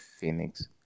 Phoenix